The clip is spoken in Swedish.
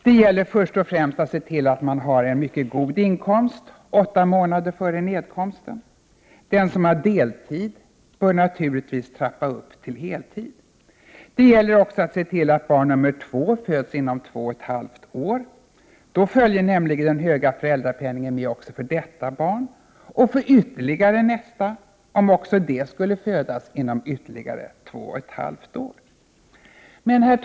Det gäller först och främst att se till att man har en mycket god inkomst åtta månader före nedkomsten. Den som arbetar deltid bör naturligtvis trappa upp till heltid. Det gäller också att se till att barn nummer två föds inom två och ett halvt år. Då följer nämligen den höga föräldrapenningen med också för detta barn och för ytterligare nästa, om det också skulle födas inom ytterligare två och ett halvt år. Herr talman!